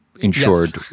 insured